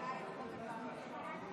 אדוני היושב-ראש,